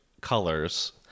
colors